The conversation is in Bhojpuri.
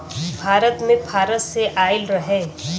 भारत मे फारस से आइल रहे